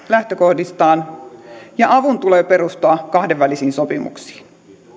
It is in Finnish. lähtökohdistaan ja avun tulee perustua kahdenvälisiin sopimuksiin